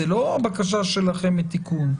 זאת לא בקשה שלכם לתיקון.